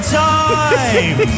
time